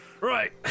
Right